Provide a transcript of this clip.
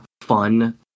fun